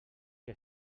qui